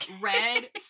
red